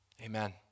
Amen